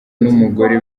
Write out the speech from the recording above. n’umugore